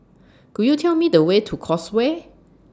Could YOU Tell Me The Way to Causeway